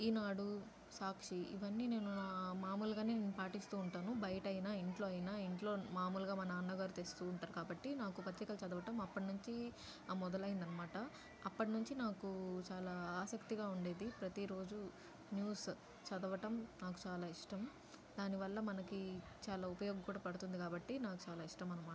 ఈనాడు సాక్షి ఇవన్నీ నేను నా మాముల్గానే నేను పాటిస్తూ ఉంటాను బయట అయిన ఇంట్లో అయినా ఇంట్లో మాములుగా మా నాన్నగారు తెస్తూ ఉంటారు కాబట్టి నాకు పత్రికలు చదవటం అప్పటి నుండి మొదలైంది అన్నమాట అప్పటి నుండి నాకు చాలా ఆసక్తిగా ఉండేది ప్రతీ రోజు న్యూస్ చదవటం నాకు చాలా ఇష్టం దానివల్ల మనకి చాలా ఉపయోగం కూడా పడుతుంది కాబట్టి నాకు చాలా ఇష్టం అన్నమాట